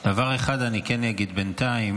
דבר אחד אני כן אגיד בינתיים,